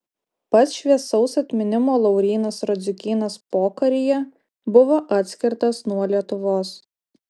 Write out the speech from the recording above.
pats šviesaus atminimo laurynas radziukynas pokaryje buvo atskirtas nuo lietuvos